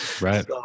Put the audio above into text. Right